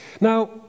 Now